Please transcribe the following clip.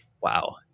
wow